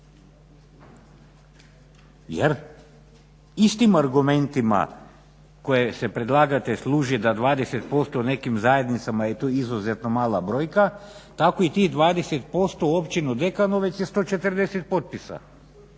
Jer istim argumentima koje se predlagatelj služi da 20% nekim zajednicama je to izuzetno mala brojka. Tako i tih 20% u općini Dekanovec je 140 potpisa.